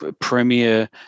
premier